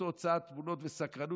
ובאותן הוצאת תמונות וסקרנות,